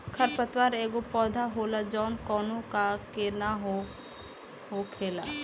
खर पतवार एगो पौधा होला जवन कौनो का के न हो खेला